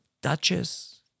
Duchess